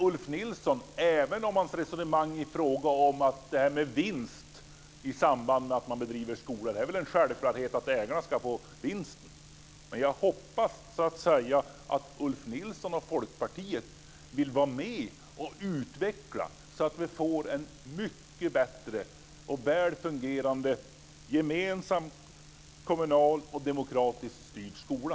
Ulf Nilsson för ett resonemang om vinst i samband med att man bedriver skolor. Det är väl en självklarhet att ägarna ska få vinsten. Jag hoppas att Ulf Nilsson och Folkpartiet vill vara med och utveckla skolan, så att vi får en mycket bättre och väl fungerande gemensam, kommunal och demokratiskt styrd skola.